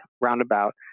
roundabout